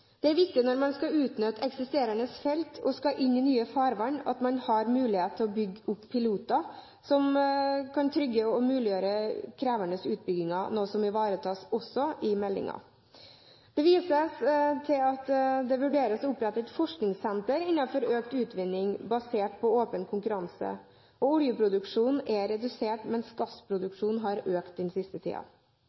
Det er viktig når man skal utnytte eksisterende felt og skal inn i nye farvann, at man har mulighet til å bygge opp piloter, som kan trygge og muliggjøre krevende utbygginger, noe som også ivaretas i meldingen. Det vises til at det vurderes å opprette et forskningssenter innenfor økt utvinning basert på åpen konkurranse. Oljeproduksjonen er redusert, mens gassproduksjonen har økt den siste